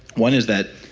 one is that,